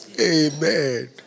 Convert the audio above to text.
Amen